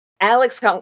Alex